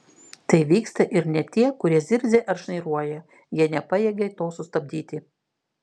tai vyksta ir net tie kurie zirzia ar šnairuoja jie nepajėgia to sustabdyti